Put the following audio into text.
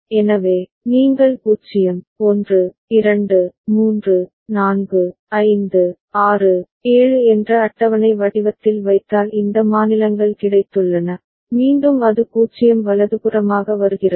எனவே நீங்கள் 0 1 2 3 4 5 6 7 என்ற அட்டவணை வடிவத்தில் வைத்தால் இந்த மாநிலங்கள் கிடைத்துள்ளன மீண்டும் அது 0 வலதுபுறமாக வருகிறது